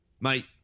mate